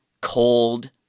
cold